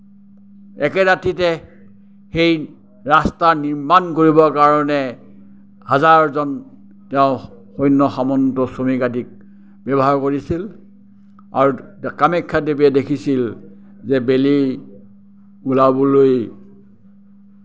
একে ৰাতিতে সেই ৰাস্তা নিৰ্মাণ কৰিবৰ কাৰণে হাজাৰজন তেওঁৰ সৈন্য সামন্ত শ্ৰমিক আদিক ব্যৱহাৰ কৰিছিল আৰু কামাখ্যা দেৱীয়ে দেখিছিল যে বেলি ওলাবলৈ